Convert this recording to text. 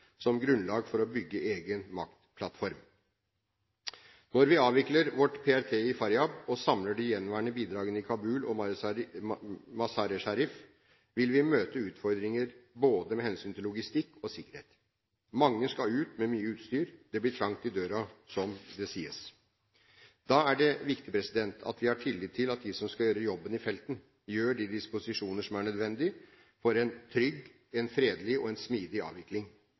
som grunnlag for å bygge egen maktplattform. Når vi avvikler vårt PRT i Faryab og samler de gjenværende bidragene i Kabul og Mazar-e-Sharif, vil vi møte utfordringer både med hensyn til logistikk og med hensyn til sikkerhet. Mange skal ut med mye utstyr – det blir trangt i døra, som det sies. Da er det viktig at vi har tillit til at de som skal gjøre jobben i felten, gjør de disposisjoner som er nødvendige for en trygg, fredelig og smidig avvikling.